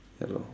yeah lor